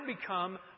become